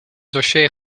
dossier